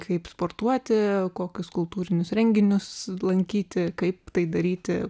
kaip sportuoti kokius kultūrinius renginius lankyti kaip tai daryti